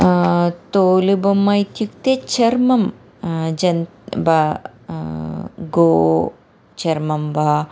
तोलुबोम्म इत्युक्ते चर्मं जन्तु ब गो चर्मं वा